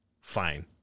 fine